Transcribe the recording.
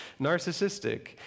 narcissistic